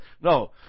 No